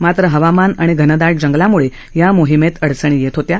मात्र हवामान आणि घनदाट जंगलाम्ळे या मोहीमेत अडचणी येत होत्या